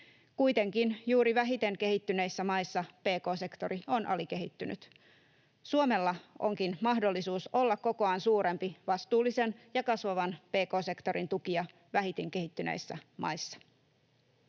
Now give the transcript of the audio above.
Kuitenkin juuri vähiten kehittyneissä maissa pk-sektori on alikehittynyt. Suomella onkin mahdollisuus olla kokoaan suurempi vastuullisen ja kasvavan pk-sektorin tukija vähiten kehittyneissä maissa.